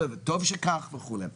ולא מטילים מסים על דברים רעים,